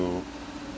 to